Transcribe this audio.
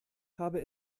habe